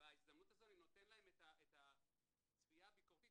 בהזדמנות הזו אני נותן להם את הצפייה הביקורתית,